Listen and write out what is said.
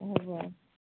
হয় হয়